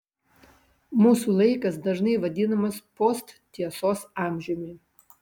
mūsų laikas dažnai vadinamas posttiesos amžiumi